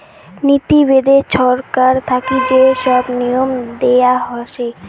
নীতি বেদে ছরকার থাকি যে সব নিয়ম দেয়া হসে